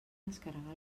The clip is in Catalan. descarregar